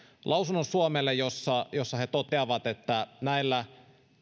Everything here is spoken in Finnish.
suomelle lausunnon jossa he toteavat että näillä